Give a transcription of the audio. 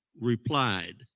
replied